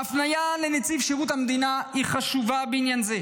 ההפניה לנציב שירות המדינה היא חשובה בעניין זה,